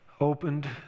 opened